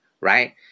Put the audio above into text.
right